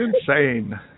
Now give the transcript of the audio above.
insane